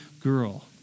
girl